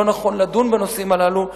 שלא נכון לדון בנושאים הללו,